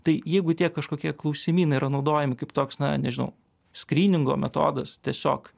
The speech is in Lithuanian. tai jeigu tie kažkokie klausimynai yra naudojami kaip toks na nežinau skryningo metodas tiesiog